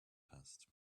passed